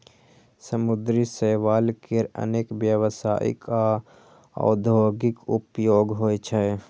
समुद्री शैवाल केर अनेक व्यावसायिक आ औद्योगिक उपयोग होइ छै